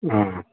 हां